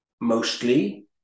mostly